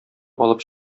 алып